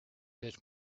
bit